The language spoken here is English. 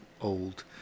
old